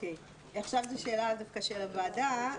עכשיו זה שאלה דווקא של הוועדה.